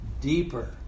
deeper